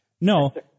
no